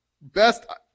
best